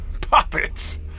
Puppets